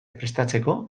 prestatzeko